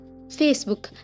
Facebook